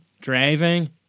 driving